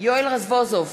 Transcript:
יואל רזבוזוב,